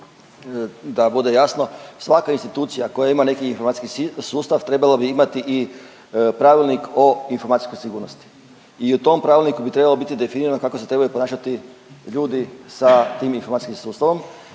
da bude jasno, svaka institucija koja ima neki informacijski sustav trebala bi imati i Pravilnik o informacijskoj sigurnosti. I u tom pravilniku bi trebalo biti definirano kako se trebaju ponašati ljudi sa tim informacijskim sustavom